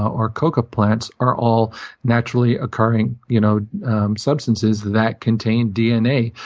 or coca plants are all naturally occurring you know substances that contain dna,